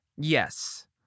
Yes